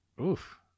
oof